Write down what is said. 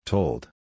Told